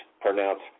pronounced